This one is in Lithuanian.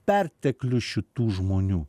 perteklius šitų žmonių